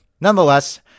nonetheless